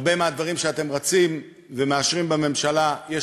בהרבה מהדברים שאתם רצים ומאשרים בממשלה יש